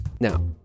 Now